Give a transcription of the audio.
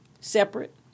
Separate